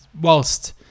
whilst